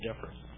difference